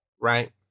right